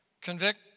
convict